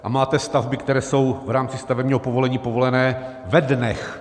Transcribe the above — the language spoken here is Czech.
A máte stavby, které jsou v rámci stavebního povolení povolené ve dnech.